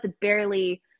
barely